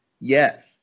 Yes